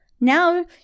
now